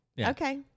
Okay